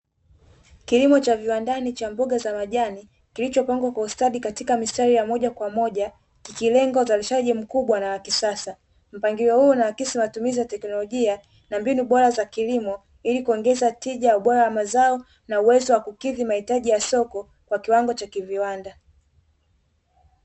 Kilimo cha viwandani cha mboga za majani kilichopangwa kwa ustadi katika mistari ya moja kwa moja, kikilenga uzalishaji mkubwa na wa kisasa, mpangilio huu unaakisi matumizi ya teknolojia, na mbinu bora za kilimo ili kuongeza tija, ubora wa mazao na uwezo wa kukidhi mahitaji ya soko, kwa kiwango cha kiviwanda.